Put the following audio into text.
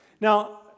Now